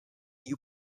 new